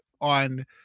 on –